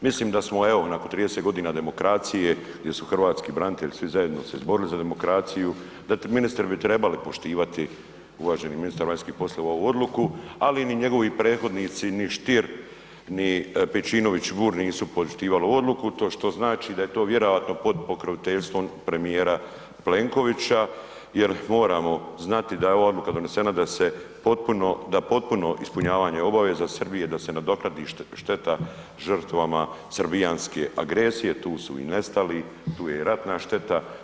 Mislim da smo evo nakon 30 godina demokracije, gdje su hrvatski branitelji svi zajedno se izborili za demokraciju, da ministri bi trebali poštivali, uvaženi ministar vanjskih poslova ovu odluku, ali ni njegovi prethodnici, ni Stier, ni Pejčinović Burić nisu poštivali ovu odluku što znači da je to vjerojatno pod pokroviteljstvom premijera Plenkovića jer moramo znati da je ova odluka donesena da se potpuno, da potpuno ispunjavanje obaveza Srbije da se nadoknadi šteta žrtvama srbijanske agresije, tu su i nestali, tu je i ratna šteta.